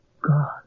God